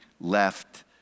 left